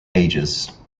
ages